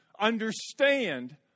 understand